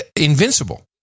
Invincible